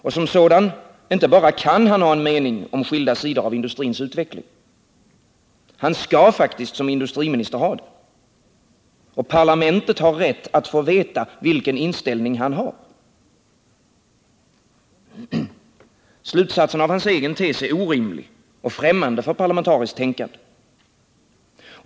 Och som sådan inte bara kan han ha en mening om skilda sidor av industrins utveckling — han skall faktiskt som industriminister ha det. Och parlamentet har rätt att få veta vilken inställning han har. Slutsatsen av hans egen tes är orimlig och främmande för parlamentariskt tänkande.